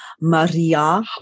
Maria